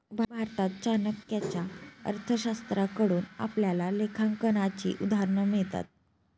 भारतात चाणक्याच्या अर्थशास्त्राकडून आपल्याला लेखांकनाची उदाहरणं मिळतात